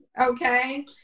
okay